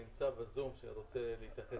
ראיק, שנמצא בזום, רוצה להתייחס לזה.